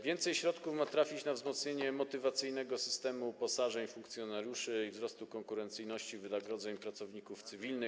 Więcej środków ma trafić na wzmocnienie motywacyjnego systemu uposażeń funkcjonariuszy i wzrost konkurencyjności wynagrodzeń pracowników cywilnych.